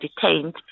detained